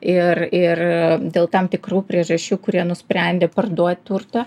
ir ir dėl tam tikrų priežasčių kurie nusprendė parduot turtą